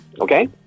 Okay